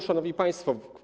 Szanowni Państwo!